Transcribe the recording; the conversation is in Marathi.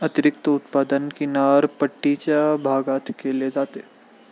अतिरिक्त उत्पादन किनारपट्टीच्या भागात केले जाते